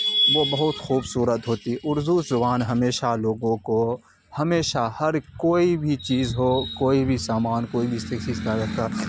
وہ بہت خوبصورت ہوتی ہے اردو زبان ہمیشہ لوگوں کو ہمیشہ ہر کوئی بھی چیز ہو کوئی بھی سامان کوئی بھی